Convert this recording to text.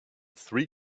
three